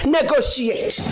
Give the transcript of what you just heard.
negotiate